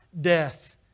death